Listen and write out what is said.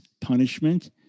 punishment